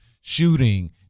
shooting